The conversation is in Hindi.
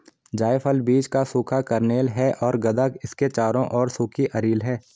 जायफल बीज का सूखा कर्नेल है और गदा इसके चारों ओर सूखी अरिल है